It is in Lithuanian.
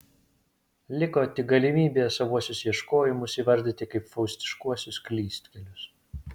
liko tik galimybė savuosius ieškojimus įvardyti kaip faustiškuosius klystkelius